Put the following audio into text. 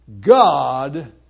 God